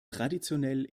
traditionell